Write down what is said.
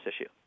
issue